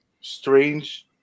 Strange